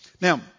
Now